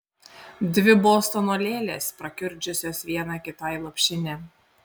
dvi bostono lėlės prakiurdžiusios viena kitai lopšinę